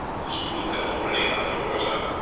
whose crew had already got their oars out,